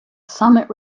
summit